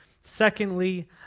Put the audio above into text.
secondly